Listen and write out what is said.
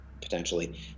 potentially